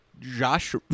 Josh